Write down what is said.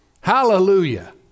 Hallelujah